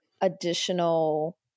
additional